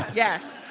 yes.